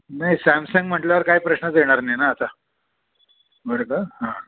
नाही सॅमसंग म्हटल्यावर काय प्रश्नच येणार नाही ना आता बरं का हां